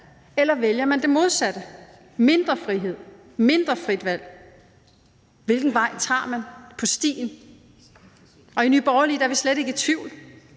eller vælger man det modsatte, mindre frihed, mindre frit valg. Hvilken vej tager man på stien? I Nye Borgerlige er vi slet ikke i tvivl.